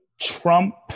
Trump